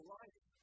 life